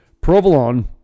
provolone